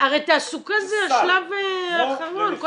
הרי תעסוקה זה השלב האחרון,